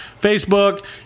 Facebook